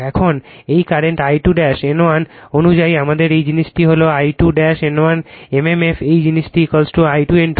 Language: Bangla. এখন এই কারেন্ট I2 N1 অনুযায়ী আমাদের এই জিনিসটি হল I2 N1 mmf এই জিনিসটি I2 N2